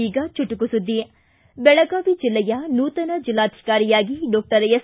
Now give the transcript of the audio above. ಈಗ ಚುಟುಕು ಸುದ್ದಿ ಬೆಳಗಾವಿ ಜಿಲ್ಲೆಯ ನೂತನ ಜಿಲ್ಲಾಧಿಕಾರಿಯಾಗಿ ಡಾಕ್ಸರ್ ಎಸ್